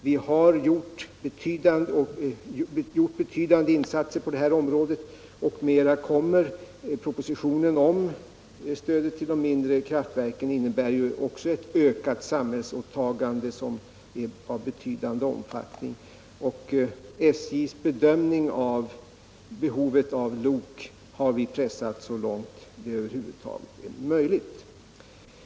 Vi har gjort betydande insatser på det här området, och mera kommer. Propositionen om stödet till de mindre kraftverken innebär också ett ökat samhällsåtagande av betydande omfattning, och SJ:s bedömning av behovet av lok har vi pressat så långt det över huvud taget är möjligt.